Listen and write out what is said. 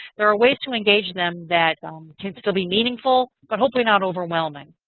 there are ways to engage them that tends to be meaningful but hopefully not overwhelming.